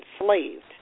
enslaved